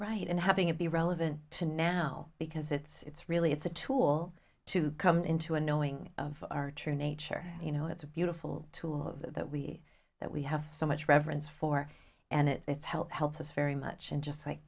right and having it be relevant to now because it's really it's a tool to come into a knowing of our true nature you know it's a beautiful tool that we that we have so much reverence for and it's helped helps us very much and just like